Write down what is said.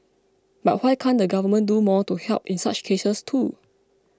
but why can't the government do more to help in such cases too